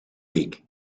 week